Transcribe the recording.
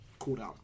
cooldown